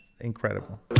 incredible